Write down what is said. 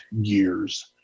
years